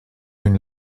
une